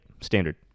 standard